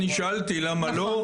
אני שאלתי למה לא.